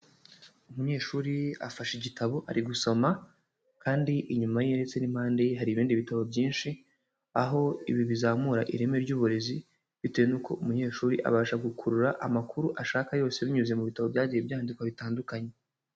Umunyeshuri afashe igitabo ari gusoma. Kandi inyuma ye ndetse n'impande ye hari ibindi bitabo byinshi. Aho ibi bizamura ireme ry'uburezi, bitewe n'uko umunyeshuri abasha gukurura amakuru ashaka yose binyuze mu bitabo byagiye byandikwa bitandukanye.